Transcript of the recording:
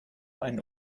einen